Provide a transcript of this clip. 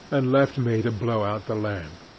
and left me to blow out the lamp.